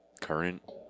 Current